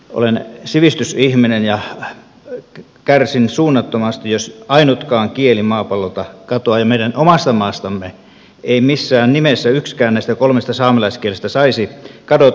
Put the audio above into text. olen sivistysihminen ja kärsin suunnattomasti jos ainutkaan kieli maapallolta katoaa ja meidän omasta maastamme ei missään nimessä yksikään näistä kolmesta saamelaiskielestä saisi kadota